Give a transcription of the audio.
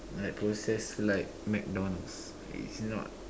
like processed like McDonald's it's not